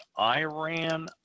Iran